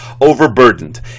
overburdened